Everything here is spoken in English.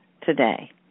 today